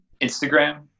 Instagram